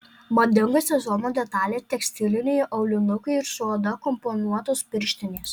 madinga sezono detalė tekstiliniai aulinukai ir su oda komponuotos pirštinės